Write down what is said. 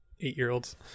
eight-year-olds